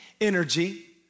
energy